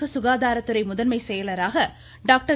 தமிழக சுகாதாரத்துறை முதன்மை செயலாளராக டாக்டர்